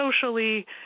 socially